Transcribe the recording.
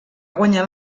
guanyar